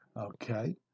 Okay